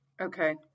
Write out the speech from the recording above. Okay